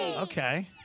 Okay